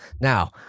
Now